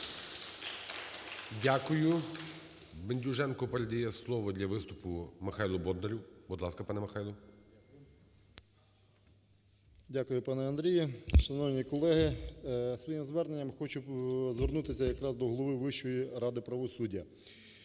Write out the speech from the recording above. Дякую. Бендюженко передає слово для виступу Михайлу Бондарю. Будь ласка, пане Михайло. 12:46:56 БОНДАР М.Л. Дякую, пане Андрію. Шановні колеги, своїм зверненням хочу звернутися якраз до голови Вищої ради правосуддя.